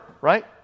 right